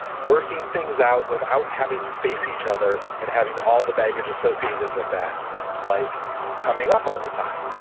working things out without having to face each other and having all the baggage associated with that like coming up all the time,